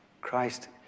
Christ